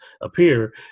appear